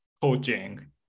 coaching